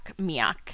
miak